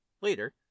Later